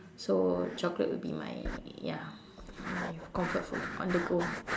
so chocolate will be my ya my comfort food on the go